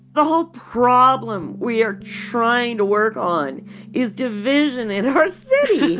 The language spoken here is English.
the whole problem we are trying to work on is division in our city,